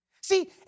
See